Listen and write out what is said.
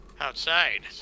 outside